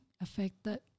affected